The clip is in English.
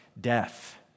death